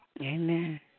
Amen